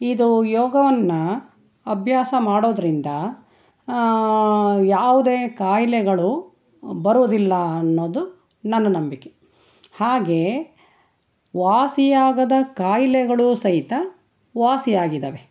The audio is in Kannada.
ಇದು ಯೋಗವನ್ನು ಅಭ್ಯಾಸ ಮಾಡೋದರಿಂದ ಯಾವುದೇ ಕಾಯಿಲೆಗಳು ಬರೋದಿಲ್ಲ ಅನ್ನೋದು ನನ್ನ ನಂಬಿಕೆ ಹಾಗೇ ವಾಸಿಯಾಗದ ಕಾಯಿಲೆಗಳು ಸಹಿತ ವಾಸಿಯಾಗಿದ್ದಾವೆ